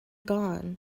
gone